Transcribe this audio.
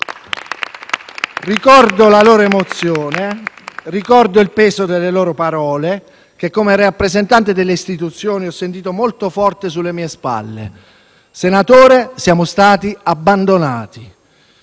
Ricordo la loro emozione e ricordo il peso delle loro parole, che, come rappresentante delle istituzioni, ho sentito molto forte sulle mie spalle: «senatore, siamo stati abbandonati».